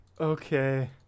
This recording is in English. okay